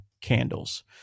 candles